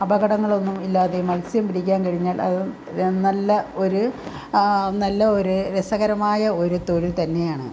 അപകടങ്ങളൊന്നും ഇല്ലാതെ മൽസ്യം പിടിക്കാൻ കഴിഞ്ഞാൽ അത് നല്ല ഒരു നല്ല ഒരു രസകരമായ ഒരു തൊഴിൽ തന്നെയാണ്